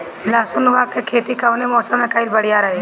लहसुन क खेती कवने मौसम में कइल बढ़िया रही?